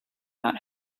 not